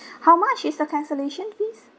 how much is the cancellation fees